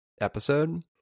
episode